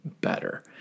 better